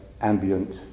ambient